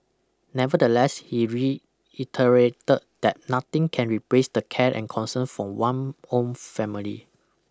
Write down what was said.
nevertheless he reiterated that nothing can replace the care and concern from one own family